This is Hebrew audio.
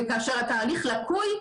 וכאשר התהליך לקוי,